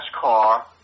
car